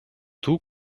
tout